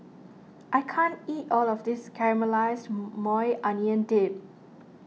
I can't eat all of this Caramelized Maui Onion Dip